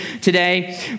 today